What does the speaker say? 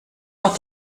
what